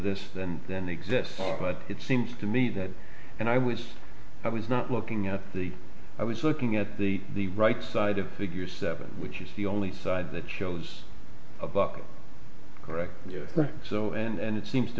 this than then they exist but it seems to me that and i was i was not looking at the i was looking at the the right side of figure seven which is the only side that shows a bucket correctly or so and it seems to